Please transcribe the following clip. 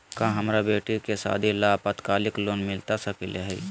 का हमरा बेटी के सादी ला अल्पकालिक लोन मिलता सकली हई?